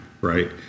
right